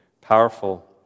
powerful